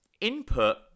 input